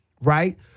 right